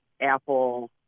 Apple